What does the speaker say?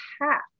half